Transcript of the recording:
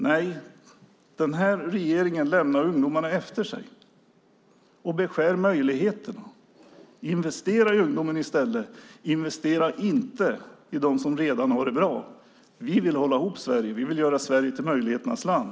Nej, den här regeringen lämnar ungdomarna efter sig och beskär möjligheterna. Investera i ungdomen i stället. Investera inte i dem som redan har det bra. Vi vill hålla ihop Sverige. Vi vill göra Sverige till möjligheternas land.